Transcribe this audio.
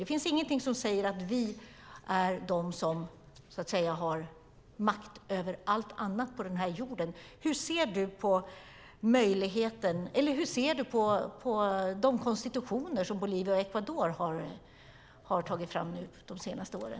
Det finns ingenting som säger att vi är de som ska ha makt över allt annat på denna jord. Hur ser Christer Winbäck på de konstitutioner som Bolivia och Ecuador har tagit fram de senaste åren?